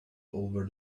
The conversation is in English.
over